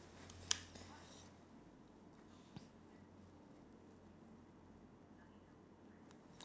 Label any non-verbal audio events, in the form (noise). (noise)